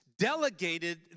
delegated